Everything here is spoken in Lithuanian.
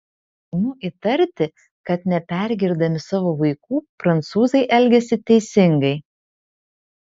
imu įtarti kad nepergirdami savo vaikų prancūzai elgiasi teisingai